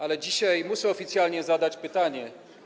Ale dzisiaj muszę oficjalnie zadać pytanie.